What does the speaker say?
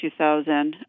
2000